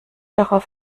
darauf